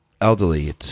elderly